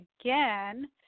again